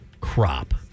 crop